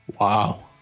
Wow